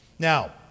Now